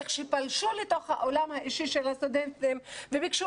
איך שפלשו לתוך העולם האישי של הסטודנטים וביקשו